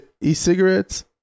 e-cigarettes